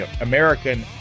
American